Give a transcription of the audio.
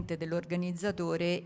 dell'organizzatore